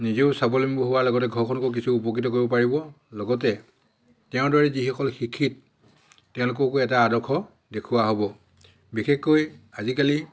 নিজেও স্বাৱলম্বী হোৱাৰ লগতে ঘৰখনকো কিছু উপকৃত কৰিব পাৰিব লগতে তেওঁৰ দৰে যিসকল শিক্ষিত তেওঁলোককো এটা আদৰ্শ দেখুওৱা হ'ব বিশেষকৈ আজিকালি